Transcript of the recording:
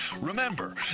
Remember